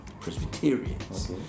Presbyterians